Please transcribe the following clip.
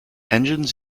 engines